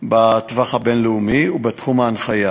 בתווך הבין-לאומי בתחום ההנחיה,